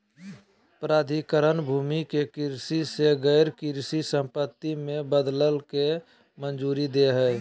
प्राधिकरण भूमि के कृषि से गैर कृषि संपत्ति में बदलय के मंजूरी दे हइ